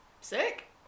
Sick